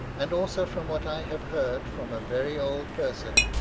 and also from what i have heard from a very old person,